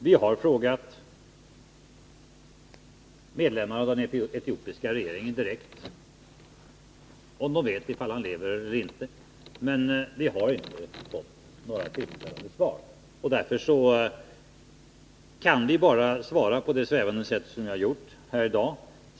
Vi har frågat medlemmarna av den etiopiska regeringen direkt om de vet ifall han lever eller inte. Men vi har inte fått några tillfredsställande svar, och därför kan jag bara svara på det svävande sätt som jag har gjort här i dag.